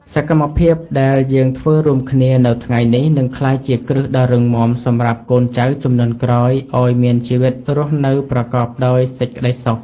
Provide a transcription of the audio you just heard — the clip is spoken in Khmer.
សកម្មភាពដែលយើងធ្វើរួមគ្នានៅថ្ងៃនេះនឹងក្លាយជាគ្រឹះដ៏រឹងមាំសម្រាប់កូនចៅជំនាន់ក្រោយឱ្យមានជីវិតរស់នៅប្រកបដោយសេចក្ដីសុខ។